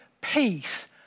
peace